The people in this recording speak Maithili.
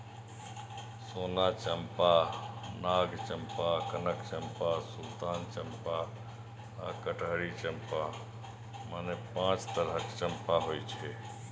सोन चंपा, नाग चंपा, कनक चंपा, सुल्तान चंपा आ कटहरी चंपा, मने पांच तरहक चंपा होइ छै